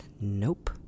Nope